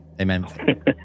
Amen